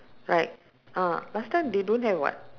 right ah last time they don't have [what]